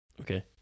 Okay